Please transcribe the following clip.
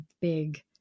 big